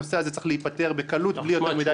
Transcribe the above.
הנושא הזה צריך להיפתר בקלות בלי יותר מדי דיונים.